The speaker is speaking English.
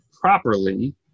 properly